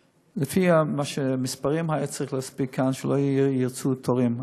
לפי המספרים האלה צריך להספיק כאן שלא ירצו תורים.